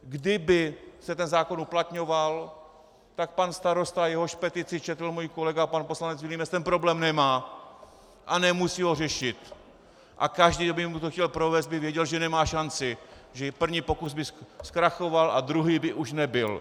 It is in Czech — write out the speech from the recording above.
Kdyby se ten zákon uplatňoval, tak pan starosta, jehož petici četl můj kolega pan poslanec Vilímec, ten problém nemá a nemusí ho řešit a každý, kdo by mu to chtěl provést, by věděl, že nemá šanci, že první pokus by zkrachoval a druhý by už nebyl.